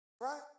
Right